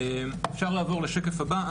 אפשר לעבור לשקף הבא,